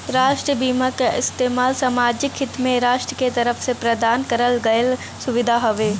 राष्ट्रीय बीमा क इस्तेमाल सामाजिक हित में राष्ट्र के तरफ से प्रदान करल गयल सुविधा हउवे